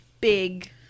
big